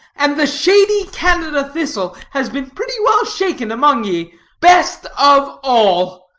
and the seedy canada thistle has been pretty well shaken among ye best of all.